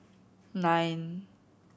nine